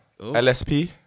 LSP